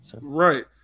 Right